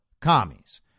commies